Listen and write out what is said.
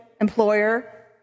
employer